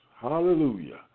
hallelujah